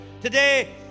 Today